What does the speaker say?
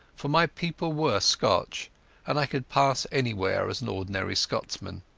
for my people were scotch and i could pass anywhere as an ordinary scotsman.